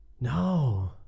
No